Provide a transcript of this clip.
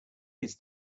his